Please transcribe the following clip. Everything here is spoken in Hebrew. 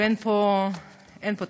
ודווקא לא אתו, אלא אתה.